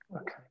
Okay